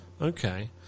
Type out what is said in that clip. Okay